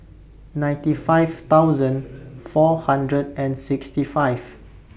ninety five thousand four hundred and sixty five